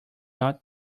not